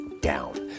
down